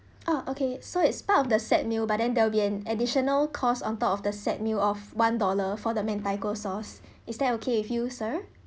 oh okay so it's part of the set meal but then there will be an additional cost on top of the set meal of one dollar for the mentaiko sauce is that okay with you sir